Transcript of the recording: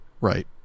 Right